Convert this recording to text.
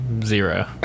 Zero